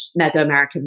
Mesoamerican